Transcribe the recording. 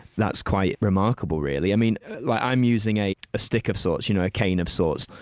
that's quite remarkable really. i mean like i'm using a ah stick of sorts, you know a cane of sorts,